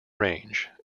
range